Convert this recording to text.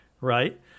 right